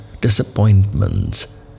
disappointments